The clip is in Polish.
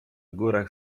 górach